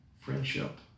friendship